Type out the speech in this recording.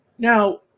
Now